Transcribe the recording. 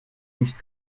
nicht